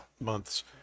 months